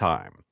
Time